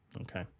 Okay